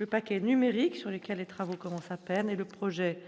le paquet numérique sur lesquels les travaux commencent à peine et le projet